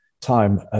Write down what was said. time